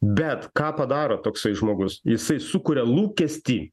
bet ką padaro toksai žmogus jisai sukuria lūkestį